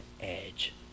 edge